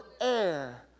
air